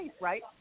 right